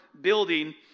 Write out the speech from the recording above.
building